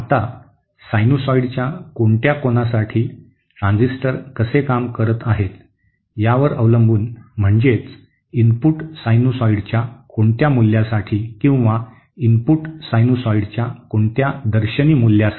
आता सायनुसॉइडच्या कोणत्या कोनासाठी ट्रान्झिस्टर कसे काम करत आहे यावर अवलंबून म्हणजेच इनपुट सायनुसॉइडच्या कोणत्या मूल्यासाठी किंवा इनपुट सायनुसॉइडच्या कोणत्या दर्शनी मुल्यासाठी